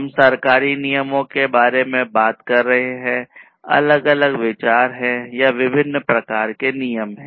हम सरकारी नियमों के बारे में बात कर रहे हैं अलग अलग विचार हैं या विभिन्न प्रकार के नियम हैं